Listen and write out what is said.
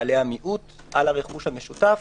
בעלי המיעוט על הרכוש המשותף,